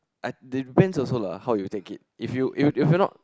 I depend also lah how you take it if you you cannot